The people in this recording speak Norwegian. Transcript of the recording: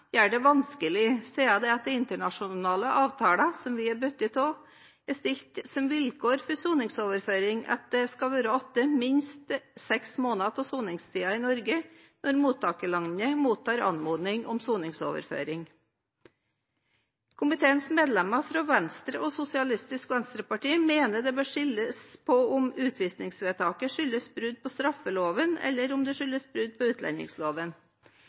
gjør det vanskelig siden det etter internasjonale avtaler som vi er bundet av, er stilt som vilkår for soningsoverføring at det skal være minst seks måneder igjen av soningstiden i Norge, når mottakerlandet mottar anmodning om soningsoverføring. Kommunal- og forvaltningskomiteens medlemmer fra Venstre og SV mener det bør skilles mellom hvorvidt utvisningsvedtaket skyldes brudd på straffeloven, eller brudd på utlendingsloven.